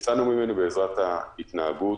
יצאנו ממנו בעזרת ההתנהגות